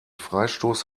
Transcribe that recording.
freistoß